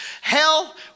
hell